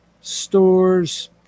stores